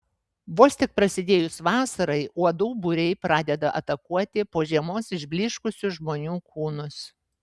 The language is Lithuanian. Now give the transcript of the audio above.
vos tik prasidėjus vasarai uodų būriai pradeda atakuoti po žiemos išblyškusius žmonių kūnus